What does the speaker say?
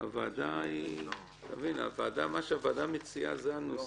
מה שהוועדה מציעה, זה הנוסח.